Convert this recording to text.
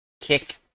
kick